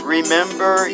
Remember